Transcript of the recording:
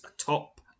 atop